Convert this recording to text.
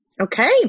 Okay